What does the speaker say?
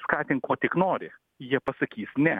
skatink kuo tik nori jie pasakys ne